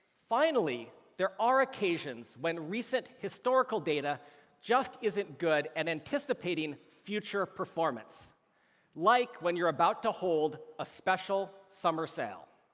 finally, there are occasions when recent historical data just isn't good at and anticipating future performance like when you're about to hold a special summer sale.